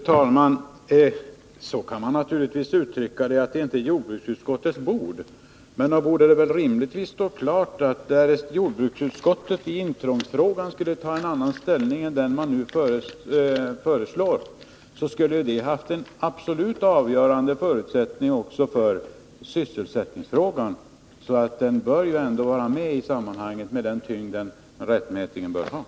Herr talman! Naturligtvis kan man uttrycka saken så, att detta inte är jordbruksutskottets bord. Men nog borde det rimligtvis stå klart att därest jordbruksutskottet i intrångsfrågan skulle inta en annan ställning än den som ligger till grund för det man nu föreslår, så skulle det absolut ha haft en avgörande betydelse också för sysselsättningsfrågan. Den bör ändå vara med i sammanhanget och ha den tyngd den rättmätigt förtjänar.